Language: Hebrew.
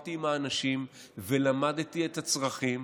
דיברתי עם האנשים ולמדתי את הצרכים,